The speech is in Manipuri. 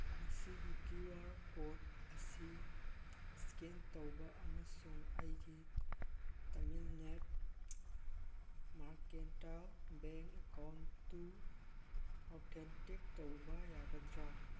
ꯃꯁꯤꯒꯤ ꯀ꯭ꯌꯨ ꯑꯥꯔ ꯀꯣꯠ ꯑꯁꯤ ꯁ꯭ꯀꯦꯟ ꯇꯧꯕ ꯑꯃꯁꯨꯡ ꯑꯩꯒꯤ ꯇꯃꯤꯜꯅꯦꯠ ꯃꯥꯔꯀꯦꯟꯇꯥ ꯕꯦꯡ ꯑꯦꯀꯥꯎꯟꯇꯨ ꯑꯣꯊꯦꯟꯇꯤꯛ ꯇꯧꯕ ꯌꯥꯒꯗ꯭ꯔꯥ